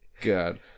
God